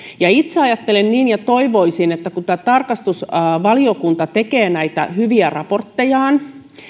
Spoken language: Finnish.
itse ajattelen niin ja toivoisin että kun tarkastusvaliokunta tekee näitä hyviä raporttejaan